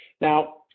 Now